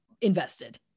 invested